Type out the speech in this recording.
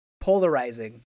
polarizing